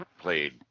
played